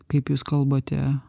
kaip jūs kalbate